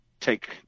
take